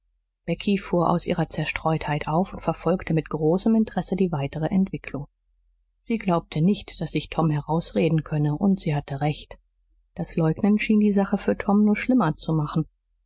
becky fuhr aus ihrer zerstreutheit auf und verfolgte mit großem interesse die weitere entwickelung sie glaubte nicht daß sich tom herausreden könne und sie hatte recht das leugnen schien die sache für tom nur schlimmer zu machen